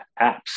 apps